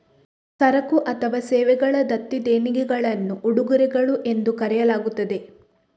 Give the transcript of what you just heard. ಸರಕು ಅಥವಾ ಸೇವೆಗಳ ದತ್ತಿ ದೇಣಿಗೆಗಳನ್ನು ಉಡುಗೊರೆಗಳು ಎಂದು ಕರೆಯಲಾಗುತ್ತದೆ